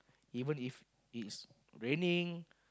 even if it's raining